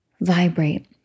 vibrate